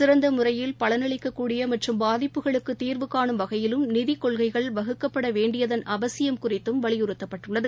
சிறந்தமுறையில் பலனளிக்கக்கூடியமற்றும் பாதிப்புகளுக்குதீர்வு கானும் வகையிலும் நிதிக் கொள்கைகள் வகுக்கப்படவேண்டியதன் அவசியம் குறித்தம் வலியுறுத்தப்பட்டுள்ளது